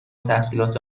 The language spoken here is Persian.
تحصیلات